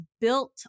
built